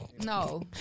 No